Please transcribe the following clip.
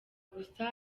gusa